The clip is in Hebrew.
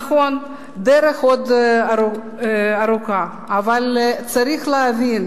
נכון, הדרך עוד ארוכה, אבל צריך להבין